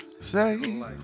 Say